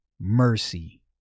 mercy